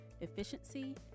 efficiency